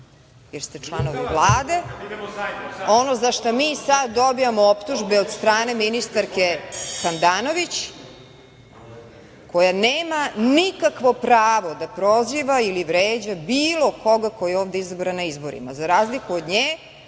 jer ste članovi Vlade, ono za šta mi sada dobijamo optužbe od strane ministarke Handanović koja nema nikakvo pravo da proziva ili vređa bilo koga ko je ovde izabran na izborima, za razliku od nje